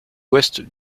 ouest